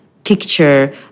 picture